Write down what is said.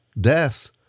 death